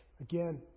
Again